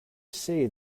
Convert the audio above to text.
say